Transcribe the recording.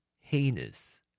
heinous